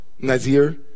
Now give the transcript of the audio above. Nazir